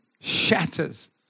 shatters